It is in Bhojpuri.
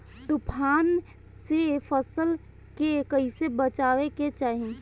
तुफान से फसल के कइसे बचावे के चाहीं?